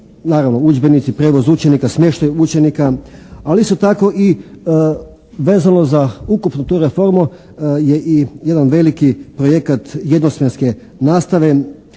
naravno udžbenici, prijevoz učenika, smještaj učenika. Ali isto tako vezano za ukupnu tu reformu je i jedan veliki projekata jednosmjenske nastave